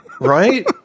Right